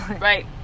Right